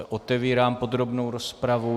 Otevírám podrobnou rozpravu.